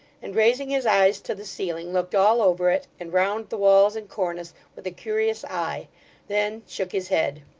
and raising his eyes to the ceiling, looked all over it, and round the walls and cornice, with a curious eye then shook his head.